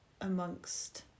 amongst